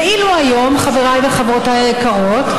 ואילו כיום, חבריי וחברותיי היקרות,